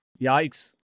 Yikes